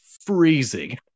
freezing